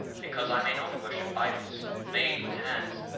because i may not worship idols made with hands,